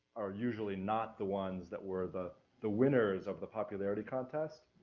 are usually not the ones that were the, the winners of the popularity contest?